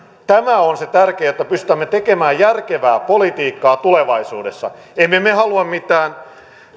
tämä on tärkeää jotta pystymme tekemään järkevää politiikkaa tulevaisuudessa emme me halua mitään